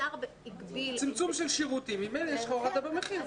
השר הגביל --- זה צמצום של שירותים אז ממילא יש לך הורדה במחיר.